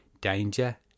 danger